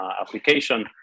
application